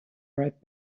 right